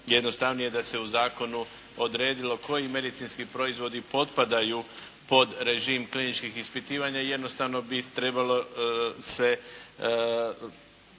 jednostavnije da se u Zakonu odredilo koji medicinski proizvodi potpadaju pod režim kliničkih ispitivanja. Jednostavno bi trebalo se